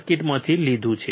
સર્કિટમાંથી લીધું છે